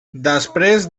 després